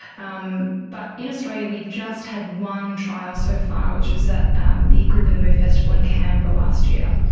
um but in australia we've just had one trial so far which was at um the groove in the move festival in canberra last year.